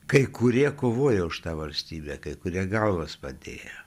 kai kurie kovoja už tą valstybę kai kurie galvas padėję